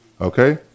Okay